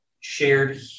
shared